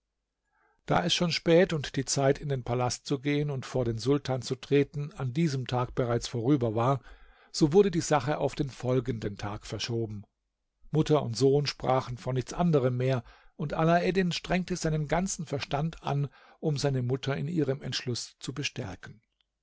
da es schon spät und die zeit in den palast zu gehen und vor den sultan zu treten an diesem tag bereits vorüber war so wurde die sache auf den folgenden tag verschoben mutter und sohn sprachen von nichts anderem mehr und alaeddin strengte seinen ganzen verstand an um seine mutter in ihrem entschluß zu bestärken